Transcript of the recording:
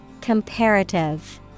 Comparative